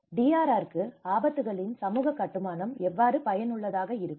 DRRக்கு ஆபத்துகளின் சமூக கட்டுமானம் எவ்வாறு பயனுள்ளதாக இருக்கும்